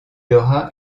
aura